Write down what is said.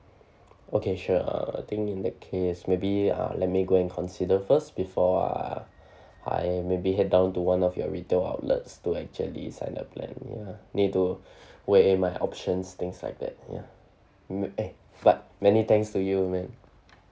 okay sure uh I think in that case maybe uh let me go and consider first before uh I maybe head down to one of your retail outlets to actually sign up plan ya need to weigh my options things like that ya eh but many thanks to you ma'am